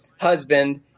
husband